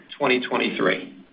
2023